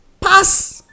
pass